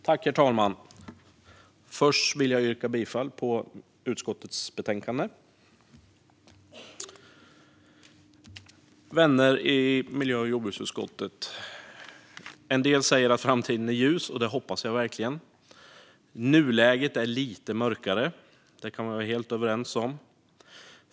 Herr talman! Först vill jag yrka bifall till förslagen i utskottets betänkande. Vänner i miljö och jordbruksutskottet! En del säger att framtiden är ljus, och det hoppas jag verkligen. Nuläget är lite mörkare, det kan vi vara helt överens om.